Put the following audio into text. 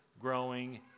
growing